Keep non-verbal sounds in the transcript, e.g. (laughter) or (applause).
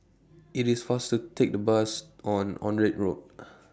IT IS faster Take The Bus on Onraet Road (noise)